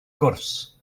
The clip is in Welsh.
gwrs